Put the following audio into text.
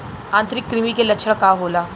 आंतरिक कृमि के लक्षण का होला?